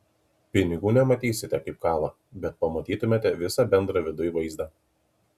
pinigų nematysite kaip kala bet pamatytumėte visą bendrą viduj vaizdą